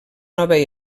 nova